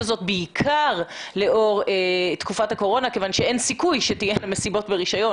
בעיקר לאור תקופת הקורונה כיוון שאין סיכוי שיהיו כאן מסיבות ברישיון.